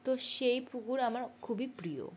তো সেই পুকুর আমার খুবই প্রিয়